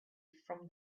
from